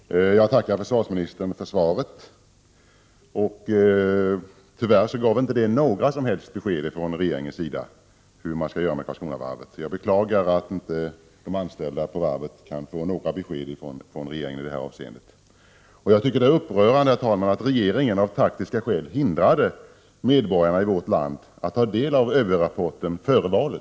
Herr talman! Jag tackar försvarsministern för svaret. Tyvärr gav det inte några som helst besked om hur man skall göra med Karlskronavarvet. Jag beklagar att de anställda på varvet inte kan få några besked från regeringen i detta avseende. Det är upprörande, herr talman, att regeringen av taktiska skäl hindrade medborgarna i vårt land från att ta del av ÖB-rapporten före valet.